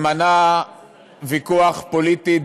שמנע ויכוח פוליטי,